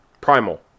Primal